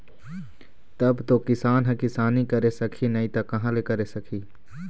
तब तो किसान ह किसानी करे सकही नइ त कहाँ ले करे सकही